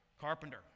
carpenter